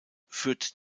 führt